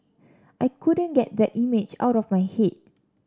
I couldn't get that image out of my head